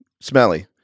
Smelly